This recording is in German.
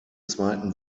zweiten